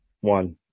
one